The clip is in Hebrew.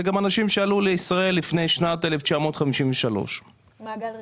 זה גם אנשים שעלו לישראל לפני שנת 1953. מעגל ראשון.